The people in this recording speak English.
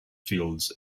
fields